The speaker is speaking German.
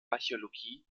archäologie